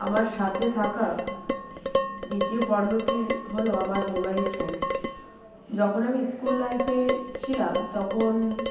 আমার সাথে থাকা দ্বিতীয় পণ্যটি হলো আমার মোবাইল ফোন যখন আমি স্কুল লাইফে ছিলাম তখন